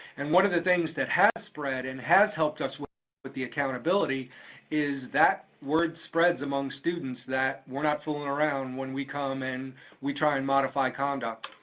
and one of the things that has spread and has helped us with with the accountability is that word spreads among students that we're not fooling around when we come and we try and modify conduct.